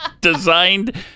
designed